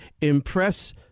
Impress